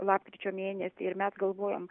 lapkričio mėnesį ir mes galvojom